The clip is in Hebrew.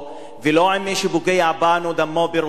ולא עם: מי שפוגע בנו דמו בראשו.